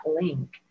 link